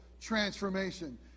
transformation